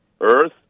earth